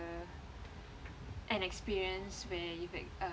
uh an experience where you ex~ uh